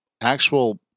actual